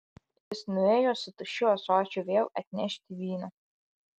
jis nuėjo su tuščiu ąsočiu vėl atnešti vyno